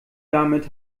damit